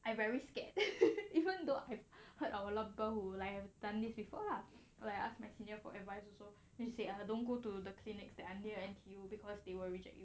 I very scared even though I've heard our local who like I've done this before lah like ask my seniors for advice also said he don't go to the clinics that until N_T_U because they will reject you